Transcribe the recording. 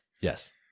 Yes